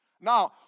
Now